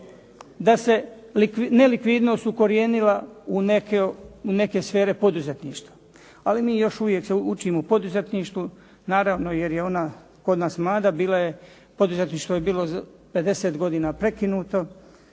da se nelikvidnost ukorijenila u neke sfere poduzetništva, ali mi još uvijek se učimo poduzetništvu, naravno jer je ona kod nas mlada. Bila je, poduzetništvo je bilo 50 godina prekinuto